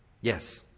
Yes